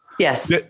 Yes